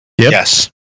Yes